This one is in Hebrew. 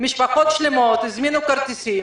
משפחות שלמות הזמינו כרטיסים.